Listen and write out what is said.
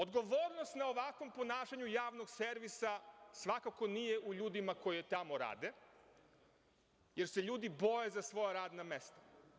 Odgovornost na ovakvom ponašanju javnog servisa svakako nije u ljudima koji tamo rade, jer se ljudi boje za svoja radna mesta.